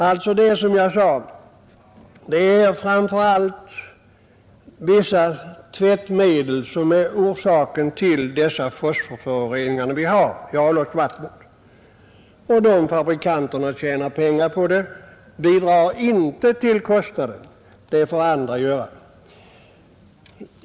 Det är som jag sade framför allt vissa tvättmedel, som är orsaken till de fosforföroreningar vi har i avloppsvattnet, och de fabrikanter som tjänar pengar på tvättmedlen bidrar inte till den kostnad de förorsakar. Det får andra göra.